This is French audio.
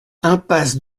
impasse